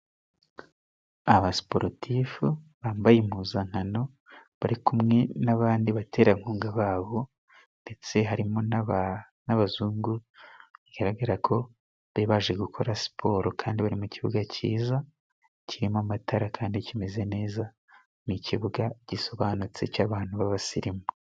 Aba siporotifu bambaye impuzankano, bari kumwe n'abandi baterankunga babo ndetse harimo n'abazungu. Bigaragara ko bari baje gukora siporo kandi bari mu kibuga cyiza, kirimo amatara kandi kimeze neza. Ni ikibuga gisobanutse cy'abantu b'abasirimu.